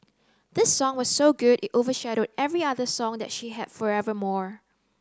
this song was so good it overshadowed every other song that she had forevermore